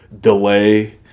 delay